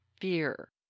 Fear